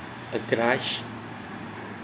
a grudge